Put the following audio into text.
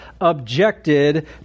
objected